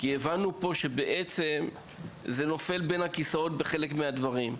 כי הבנו פה שבעצם זה נופל בין הכיסאות בחלק מהדברים.